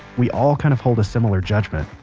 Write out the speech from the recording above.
we all kind of hold a similar judgement.